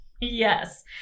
Yes